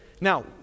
Now